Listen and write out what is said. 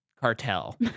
cartel